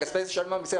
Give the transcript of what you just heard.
זה כספים של משלם המיסים.